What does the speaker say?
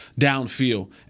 downfield